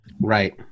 Right